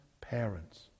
parents